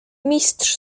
mistrz